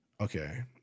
Okay